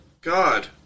God